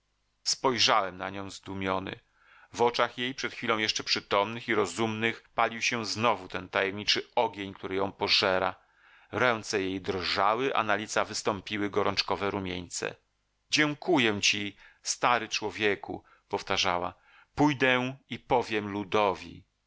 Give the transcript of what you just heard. spojrzałem na nią zdumiony w oczach jej przed chwilą jeszcze przytomnych i rozumnych palił się znowu ten tajemniczy ogień który ją pożera ręce jej drżały a na lica wystąpiły gorączkowe rumieńce dziękuję ci stary człowieku powtarzała pójdę i powiem